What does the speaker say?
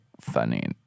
funny